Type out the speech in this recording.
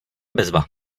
bezva